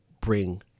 bring